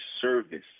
service